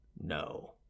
no